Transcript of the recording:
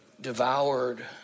devoured